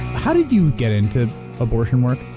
how did you get into abortion work?